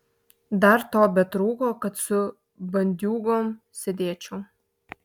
dar to betrūko kad su bandiūgom sėdėčiau